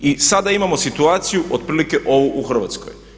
I sada imamo situaciju otprilike ovu u Hrvatskoj.